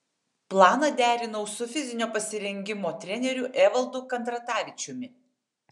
planą derinau su fizinio pasirengimo treneriu evaldu kandratavičiumi